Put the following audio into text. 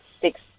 six